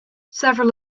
several